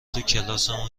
توکلاسمون